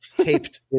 taped